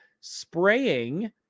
spraying